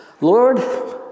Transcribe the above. Lord